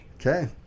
Okay